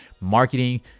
Marketing